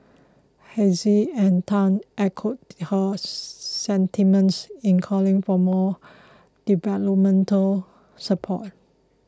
Hafiz and Tan echoed her sentiments in calling for more developmental support